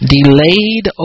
Delayed